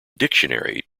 dictionary